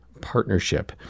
partnership